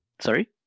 Sorry